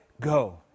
go